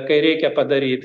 kai reikia padaryt